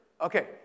Okay